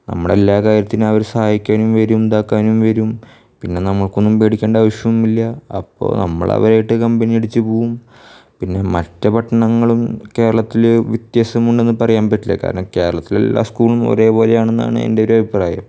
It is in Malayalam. നമ്മളുടെ എല്ലാ കാര്യത്തിനും അവര് സഹായിക്കാനും വരും ഉണ്ടാക്കാനും വരും പിന്നെ നമുക്കൊന്നും പേടിക്കേണ്ട ആവശ്യമില്ല അപ്പോൾ നമ്മളവരായിട്ട് കമ്പനി അടിച്ച് പോവും പിന്നെ മറ്റ് പട്ടണങ്ങളും കേരളത്തില് വിത്യാസമുണ്ടന്ന് പറയാന് പറ്റില്ല കാരണം കേരളത്തിലെല്ലാ സ്കൂളും ഒരേപോലെയാണന്നാണ് എന്റെ ഒരഭിപ്രായം